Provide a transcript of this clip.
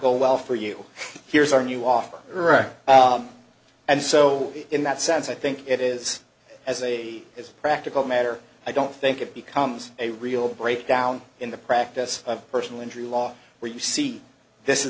go well for you here's our new offer her and so in that sense i think it is as a as a practical matter i don't think it becomes a real breakdown in the practice of personal injury law where you see this is